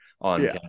on